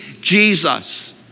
Jesus